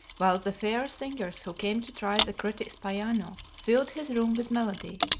while the fair singers who came to try the critic's piano filled his room with melody.